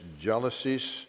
jealousies